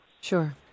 sure